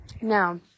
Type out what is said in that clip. Now